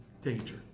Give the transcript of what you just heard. danger